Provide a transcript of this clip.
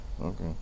Okay